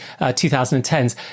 2010s